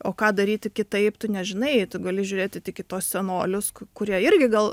o ką daryti kitaip tu nežinai tu gali žiūrėti tik į tuos senolius ku kurie irgi gal